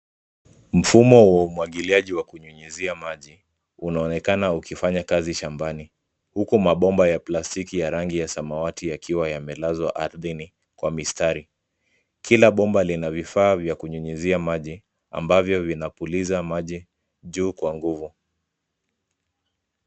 Mfumo wa umwagiliaji wa kunyunyizia maji uanonekana ukifanya kazi shambani huku mabomba ya plastiki ya rangi ya sawati yakiwa yamelazwa ardhini kwa mistari. Kila bomba lina vifaa vya kunyunyizia maji ambavyo vinapuliza maji juu kwa nguvu.